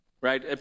right